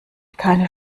keine